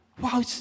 wow